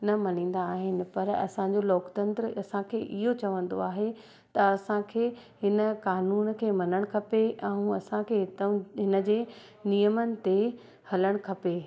न मञींदा आहिनि पर असांजो लोकतंत्र असांखे इहो चवंदो आहे त असांखे हिन कानून खे मञणु खपे ऐं असांखे हितऊं हिन जे नियमनि ते हलणु खपे